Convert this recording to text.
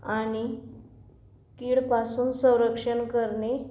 आणि कीडपासून संरक्षण करणे